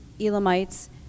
Elamites